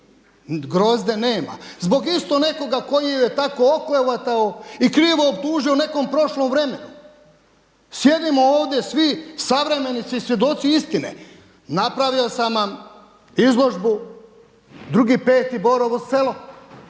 Grozde nema. Zbog isto nekoga koji ju je tako oklevetao i krivo optužio u nekom prošlom vremenu. Sjedimo ovdje svi savremenici i svjedoci istine. Napravio sam vam izložbu 2.5. Borovo Selo.